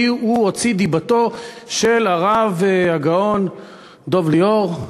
הוא הוציא דיבתו של הרב הגאון דב ליאור.